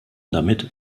damit